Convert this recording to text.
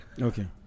Okay